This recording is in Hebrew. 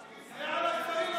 נמנעים,